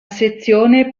sezione